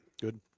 Good